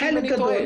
הבדואית.